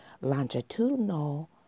longitudinal